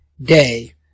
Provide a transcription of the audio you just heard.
day